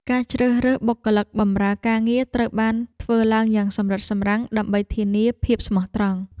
ការជ្រើសរើសបុគ្គលិកបម្រើការងារត្រូវបានធ្វើឡើងយ៉ាងសម្រិតសម្រាំងដើម្បីធានាភាពស្មោះត្រង់។